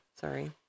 Sorry